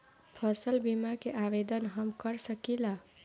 फसल बीमा के आवेदन हम कर सकिला?